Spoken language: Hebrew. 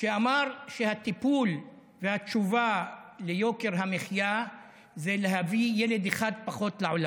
שאמר שהטיפול והתשובה ליוקר המחיה זה להביא ילד אחד פחות לעולם.